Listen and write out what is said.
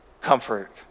comfort